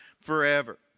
forever